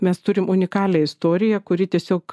mes turim unikalią istoriją kuri tiesiog